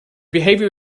behavior